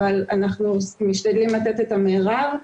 אבל אנחנו משתדלים לתת את המרב.